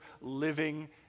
living